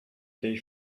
day